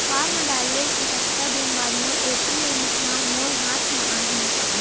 Form डाले के कतका दिन बाद मोर ए.टी.एम ह मोर हाथ म आही?